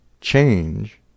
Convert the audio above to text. change